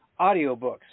audiobooks